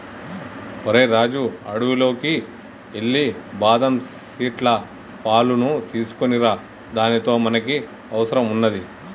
ఓరై రాజు అడవిలోకి ఎల్లి బాదం సీట్ల పాలును తీసుకోనిరా దానితో మనకి అవసరం వున్నాది